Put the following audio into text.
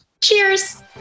Cheers